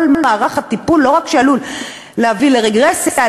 כל מערך הטיפול לא רק עלול להביא לרגרסיה,